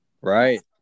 right